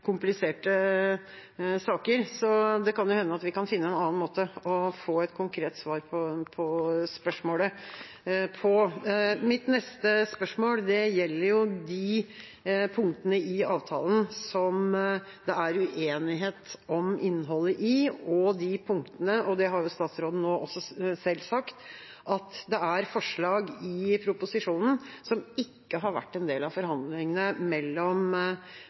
kompliserte saker. Så det kan jo hende vi kan finne en annen måte å få et konkret svar på spørsmålet på. Mitt neste spørsmål gjelder de punktene i avtalen som det er uenighet om innholdet i, og det er forslag i proposisjonen – og det har jo statsråden nå også selv sagt – som ikke har vært en del av forhandlingene mellom